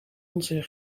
onze